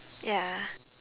ya